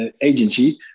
agency